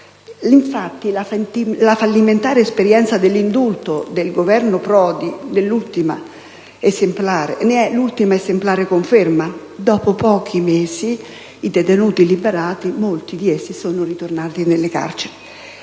Infatti, la fallimentare esperienza dell'indulto del Governo Prodi ne è l'ultima esemplare conferma: dopo pochi mesi molti dei detenuti liberati sono di nuovo tornati nelle carceri.